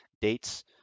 dates